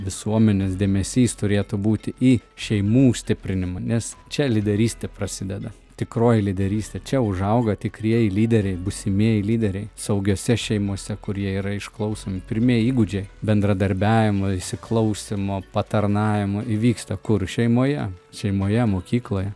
visuomenės dėmesys turėtų būti į šeimų stiprinimą nes čia lyderystė prasideda tikroji lyderystė čia užauga tikrieji lyderiai būsimieji lyderiai saugiose šeimose kur jie yra išklausomi pirmieji įgūdžiai bendradarbiavimo įsiklausymo patarnavimo įvyksta kur šeimoje šeimoje mokykloje